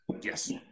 Yes